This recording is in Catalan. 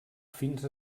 fins